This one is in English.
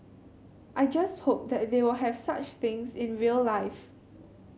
I just hope that they will have such things in real life